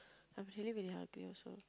I'm feeling very hungry also